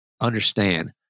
understand